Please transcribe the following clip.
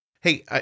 Hey